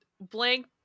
blank